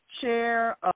Chair